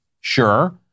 sure